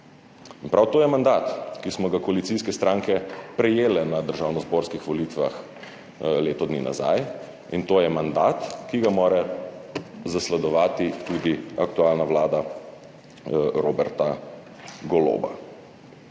prav to je mandat, ki smo ga koalicijske stranke prejele na državnozborskih volitvah leto dni nazaj, in to je mandat, ki ga mora zasledovati tudi aktualna vlada Roberta Goloba.